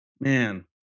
Man